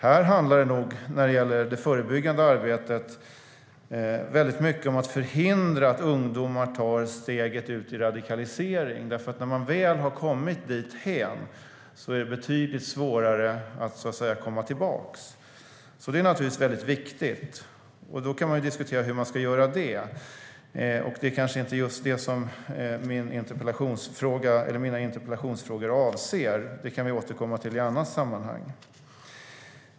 I det här fallet handlar dock det förebyggande arbetet väldigt mycket om att förhindra att ungdomar tar steget ut i radikalisering. När man väl har kommit dithän är det svårt att komma tillbaka. Hur ska man då göra det? Det är kanske inte detta som mina interpellationsfrågor avser. Det kan vi återkomma till i annat sammanhang.